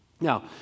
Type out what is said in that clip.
Now